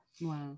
Wow